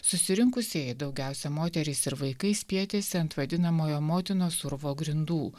susirinkusieji daugiausia moterys ir vaikai spietėsi ant vadinamojo motinos urvo grindų